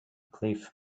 cliff